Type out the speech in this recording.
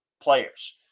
players